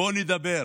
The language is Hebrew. בואו נדבר.